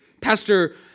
Pastor